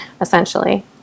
essentially